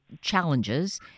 challenges